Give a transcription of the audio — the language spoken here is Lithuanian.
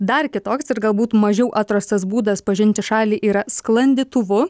dar kitoks ir galbūt mažiau atrastas būdas pažinti šalį yra sklandytuvu